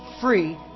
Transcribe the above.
Free